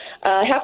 half